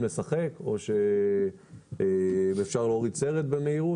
לשחק או שאפשר להוריד סרט במהירות.